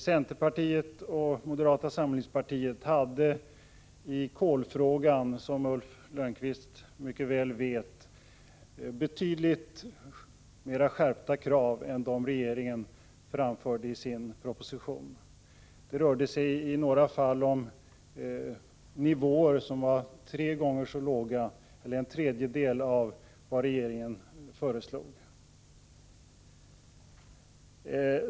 Centerpartiet och moderata samlingspartiet hade i kolfrågan, som Ulf Lönnqvist mycket väl vet, betydligt mera skärpta krav än dem regeringen framförde i sin proposition. Det rörde sig i några fall om nivåer som var en tredjedel av vad regeringen föreslog.